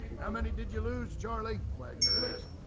how many did you lose, charlie? wagoner asked.